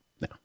no